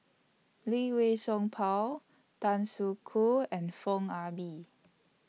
Lee Wei Song Paul Tan Soo Khoon and Foo Ah Bee